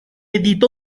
editó